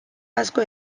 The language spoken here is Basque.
asko